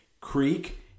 Creek